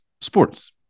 sports